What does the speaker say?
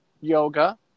yoga